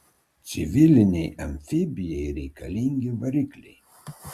civilinei amfibijai reikalingi varikliai